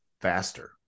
faster